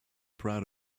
proud